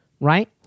right